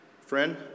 Friend